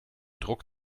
druck